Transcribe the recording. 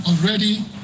already